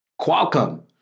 Qualcomm